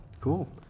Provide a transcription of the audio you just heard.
Cool